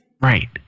Right